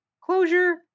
closure